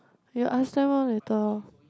you ask them orh later lor